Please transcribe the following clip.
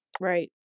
right